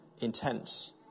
intense